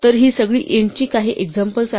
तर हि सगळी int ची काही एक्झाम्पल्स आहेत